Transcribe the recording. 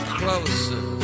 closer